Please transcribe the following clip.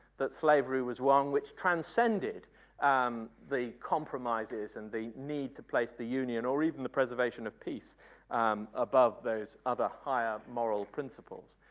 that slavery was one which transcended um the compromises and the need to place the union or even the preservation of peace above those other higher moral principles.